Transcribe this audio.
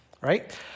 right